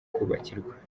kubakirwa